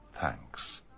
thanks